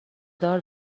دار